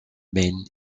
men